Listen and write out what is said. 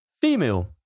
female